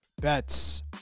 bets